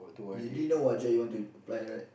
you didn't know what job you want to apply right